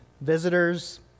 visitors